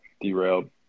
derailed